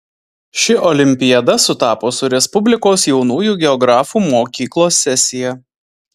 ši olimpiada sutapo su respublikos jaunųjų geografų mokyklos sesija